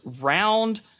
round